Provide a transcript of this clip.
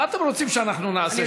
מה אתם רוצים שאנחנו נעשה,